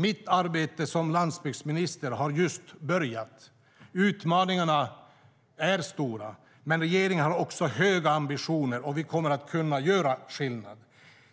Mitt arbete som landsbygdsminister har just börjat. Utmaningarna är stora, men regeringen har också höga ambitioner, och vi kommer att kunna göra skillnad.